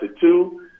two